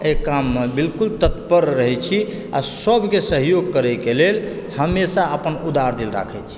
एहि काममे बिलकुल तत्पर रहै छी आ सबकेँ सहयोग करऽ कऽ लेल हमेशा अपन उदार दिल राखए छी